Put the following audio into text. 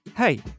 Hey